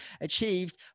achieved